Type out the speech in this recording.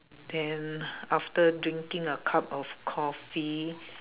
then after drinking a cup of coffee